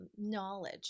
knowledge